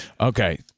Okay